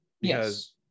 yes